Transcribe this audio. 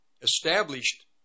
established